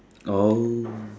oh